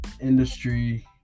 industry